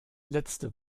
letzte